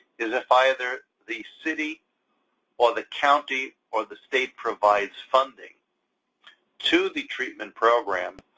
is if either the city or the county or the state provides funding to the treatment program,